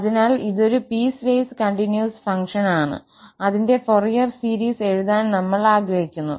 അതിനാൽ ഇതൊരു piecewise continuous function ആണ് അതിന്റെ ഫൊറിയർ സീരീസ് എഴുതാൻ നമ്മൾ ആഗ്രഹിക്കുന്നു